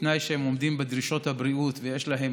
בתנאי שהם עומדים בדרישות הבריאות ויש להם